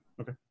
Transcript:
Okay